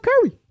Curry